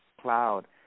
Cloud